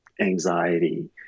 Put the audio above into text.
anxiety